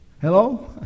Hello